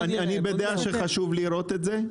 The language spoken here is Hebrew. אני בדעה שחשוב לראות את זה.